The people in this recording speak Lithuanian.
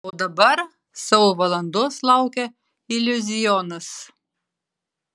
o dabar savo valandos laukia iliuzionas